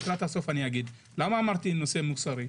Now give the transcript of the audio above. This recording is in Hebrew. למה אמרתי נושא מוסרי,